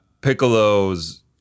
Piccolo's